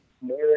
more